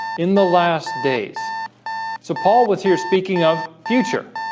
in the last days so paul was here speaking of future